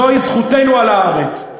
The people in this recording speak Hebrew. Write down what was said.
זוהי זכותנו על הארץ.